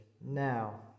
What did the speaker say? Now